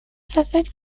создать